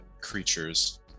creatures